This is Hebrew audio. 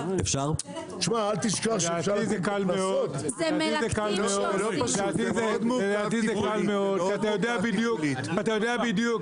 לדעתי זה קל מאוד, כי אתה יודע בדיוק.